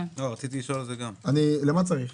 למה צריך?